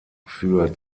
für